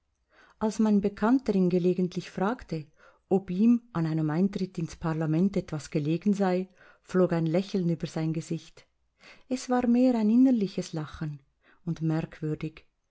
als mein bekannter ihn gelegentlich fragte ob ihm an einem eintritt ins parlament etwas gelegen sei flog ein lächeln über sein gesicht es war mehr ein innerliches lachen und merkwürdig